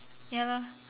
ya